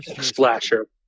splasher